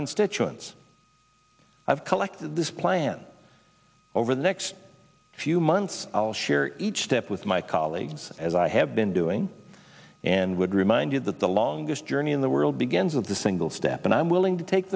constituents i've collected this plan over the next few months i'll share each step with my colleagues as i have been doing and would remind you that the longest journey in the world begins with a single step and i'm willing to take